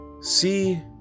see